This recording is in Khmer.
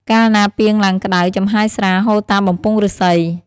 កាលណាពាងឡើងក្ដៅ ចំហាយស្រាហូរតាមបំពង់ឫស្សី។